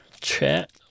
chat